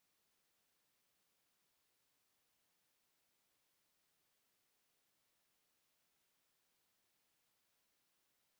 Kiitos.